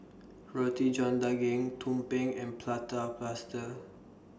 Roti John Daging Tumpeng and Prata Plaster